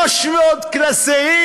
300 קלסרים.